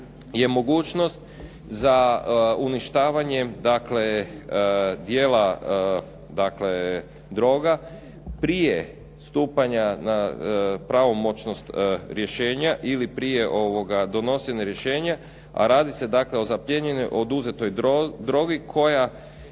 je mogućnost za uništavanjem dijela droga prije stupanja pravomoćnosti rješenja ili prije donošenja rješenja, a radi se dakle o zaplijenjenoj, oduzetoj drogi koja